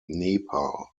nepal